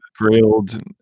grilled